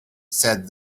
said